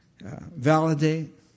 validate